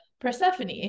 Persephone